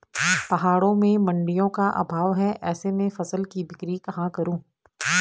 पहाड़ों में मडिंयों का अभाव है ऐसे में फसल की बिक्री कहाँ करूँ?